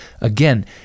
Again